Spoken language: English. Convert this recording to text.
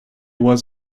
was